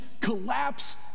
collapse